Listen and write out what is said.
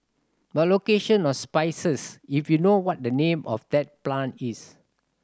by location or species if you know what the name of the plant is